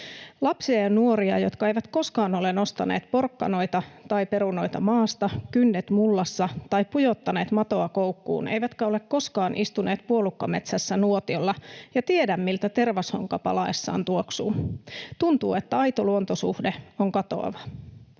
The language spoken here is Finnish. lapsia ja nuoria, jotka eivät koskaan ole nostaneet porkkanoita tai perunoita maasta kynnet mullassa tai pujottaneet matoa koukkuun eivätkä ole koskaan istuneet puolukkametsässä nuotiolla ja tiedä, miltä tervashonka palaessaan tuoksuu. Tuntuu, että aito luontosuhde on katoava.